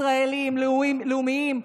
שינוי שנותן תקווה לכל כך הרבה ישראלים לאומיים,